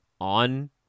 on